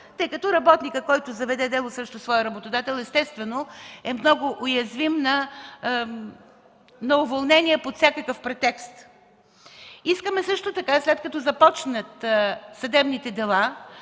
тъй като работникът, който заведе дело срещу своя работодател, естествено е много уязвим на уволнение под всякакъв претекст. Също така искаме, след като започнат съдебните дела,